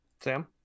Sam